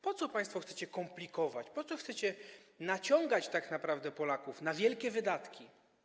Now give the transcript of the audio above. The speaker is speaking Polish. Po co państwo chcecie komplikować, po co chcecie naciągać tak naprawdę Polaków na wielkie wydatki?